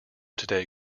today